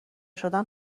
شدن